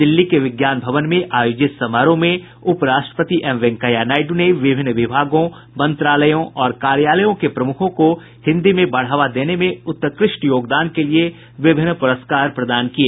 दिल्ली के विज्ञान भवन में आयोजित समारोह में उपराष्ट्रपति एम वेंकैया नायडू ने विभिन्न विभागों मंत्रालयों और कार्यालयों के प्रमुखों को हिंदी को बढ़ावा देने में उत्कृष्ट योगदान के लिए विभिन्न पुरस्कार प्रदान किए